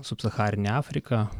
subsacharinė afrika